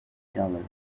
dollars